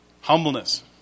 Humbleness